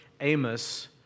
Amos